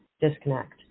disconnect